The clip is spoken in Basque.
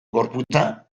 gorputza